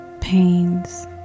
pains